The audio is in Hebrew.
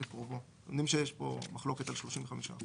לקרובו," אנחנו יודעים שיש פה מחלוקת על עניין ה-35%.